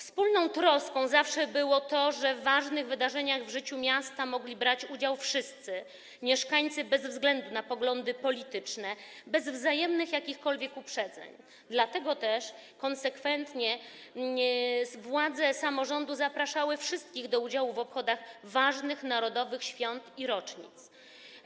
Wspólną troską zawsze było to, żeby w ważnych wydarzenia w życiu miasta mogli brać udział wszyscy mieszkańcy, bez względu na poglądy polityczne, bez jakichkolwiek wzajemnych uprzedzeń, dlatego też konsekwentnie władze samorządu zapraszały wszystkich do udziału w obchodach ważnych narodowych świąt i rocznic.